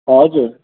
हजुर